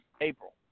April